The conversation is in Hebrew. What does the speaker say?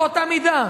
באותה מידה.